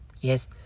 yes